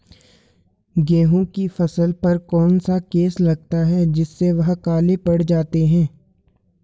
गेहूँ की फसल पर कौन सा केस लगता है जिससे वह काले पड़ जाते हैं?